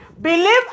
Believe